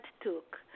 took